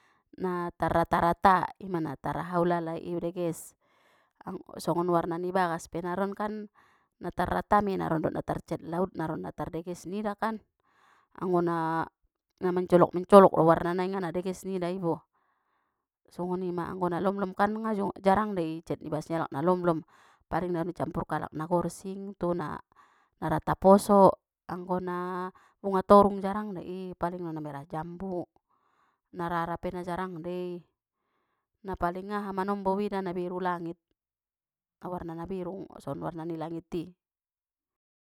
Na tar rata-rata ima na tar aha ulalai deges anggo songon warna ni bagas pe naron kan na tar ratai mei naron dot na tar cet laut naron na tardeges nida kan anggo na na mancolok-mencolok do warna nai ngana deges nida ibo songonima anggo na lolom kan ngajung-jarang dei i cet bagas ni alak na lomlom paling naron icampur kalak na gorsing tu na, na rata poso anggo na bunga torung jarang de i paling non na merah jambu na rara pe na jarang dei na paling aha manombo uida na biru langit warna na biru songon warna ni langit i.